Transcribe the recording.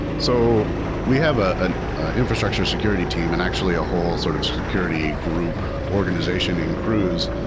so we have ah an infrastructure security team and actually a whole sort of security group organization in cruise,